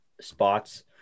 spots